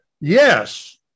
Yes